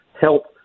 help